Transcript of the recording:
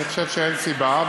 אני חושב שאין סיבה,